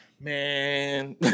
Man